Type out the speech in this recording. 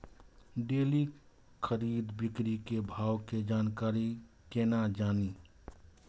Daily खरीद बिक्री के भाव के जानकारी केना जानी?